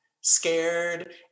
scared